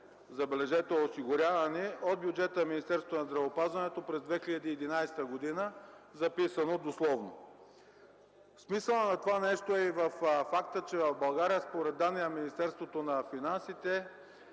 забележете, осигурявани от Министерството на здравеопазването през 2011 г., записано дословно. Смисълът на това е във факта, че в България по данни на Министерството на финансите